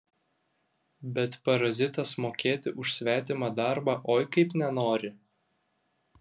bet parazitas mokėti už svetimą darbą oi kaip nenori